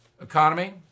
economy